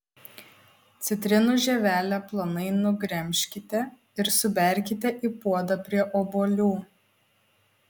citrinų žievelę plonai nugremžkite ir suberkite į puodą prie obuolių